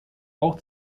auch